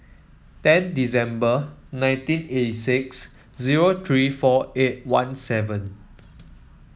ten December nineteen eighty six zero three four eight one seven